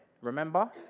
remember